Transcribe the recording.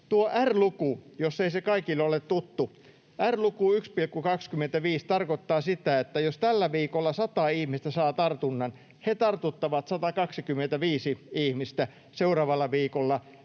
Tuosta R-luvusta, jos ei se kaikille ole tuttu: R-luku 1,25 tarkoittaa sitä, että jos tällä viikolla 100 ihmistä saa tartunnan, he tartuttavat 125 ihmistä seuraavalla viikolla